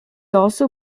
also